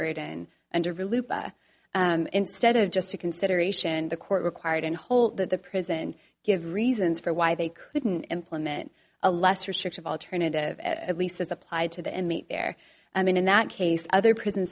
really instead of just a consideration the court required in whole that the prison give reasons for why they couldn't implement a less restrictive alternative at least as applied to the inmate there i mean in that case other prison